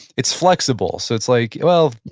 it's flexible, so it's like, well,